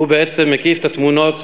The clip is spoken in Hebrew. שהוא בעצם מקיף את התמונות